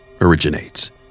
originates